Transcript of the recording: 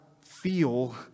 feel